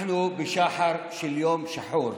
אנחנו בשחר של יום שחור,